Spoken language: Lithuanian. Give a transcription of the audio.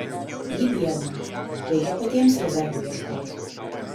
ji biedna reikia patiems rezervų ieškoti